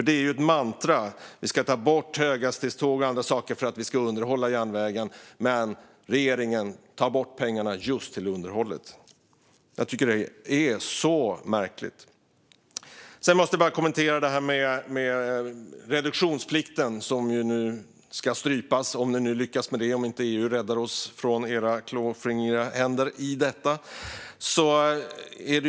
Det är ett mantra: Vi ska ta bort höghastighetståg och andra saker för att vi ska underhålla järnvägen, men regeringen tar bort pengarna till just underhållet. Jag tycker att det är så märkligt. Jag måste också kommentera detta med reduktionsplikten, som ju nu ska strypas - om ni lyckas med det och EU inte räddar oss från era klåfingriga händer.